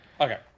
Okay